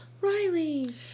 Riley